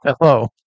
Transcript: Hello